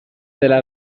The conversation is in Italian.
della